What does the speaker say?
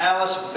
Alice